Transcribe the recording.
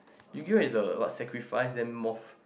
yu-gi-oh is the what sacrifice them off